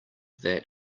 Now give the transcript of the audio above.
that